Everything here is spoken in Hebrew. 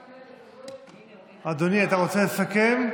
אדוני, אתה רוצה לסכם?